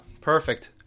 Perfect